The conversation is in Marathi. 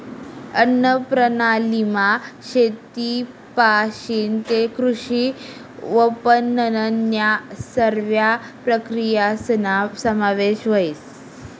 अन्नप्रणालीमा शेतपाशीन तै कृषी विपनननन्या सरव्या प्रक्रियासना समावेश व्हस